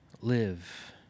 live